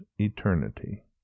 eternity